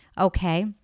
Okay